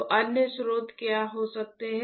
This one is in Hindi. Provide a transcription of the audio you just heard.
तो अन्य स्रोत क्या हो सकते हैं